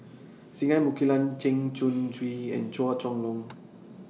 Singai Mukilan Chen Chong Swee and Chua Chong Long